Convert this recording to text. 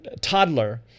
toddler